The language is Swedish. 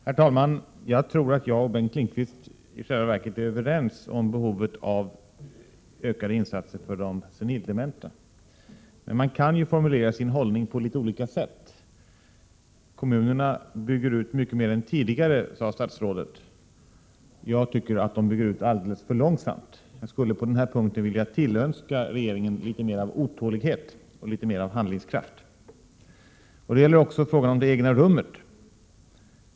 Herr talman! Jag tror att Bengt Lindqvist och jag i själva verket är överens om behovet av ökade insatser för de senildementa. Men man kan ju formulera sin hållning på litet olika sätt. Kommunerna bygger ut mycket mer än tidigare, sade statsrådet. Jag tycker att de bygger ut alldeles för långsamt. Jag skulle på den här punkten vilja tillönska regeringen litet mer av otålighet och litet mer av handlingskraft. Det gäller också frågan om det egna rummet.